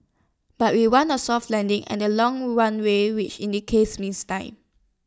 but we want A soft landing and A long runway which in the case means time